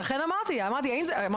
לכן אמרתי בהתחלה,